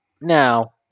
now